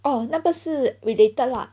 orh 那个是 related lah